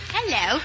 Hello